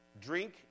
drink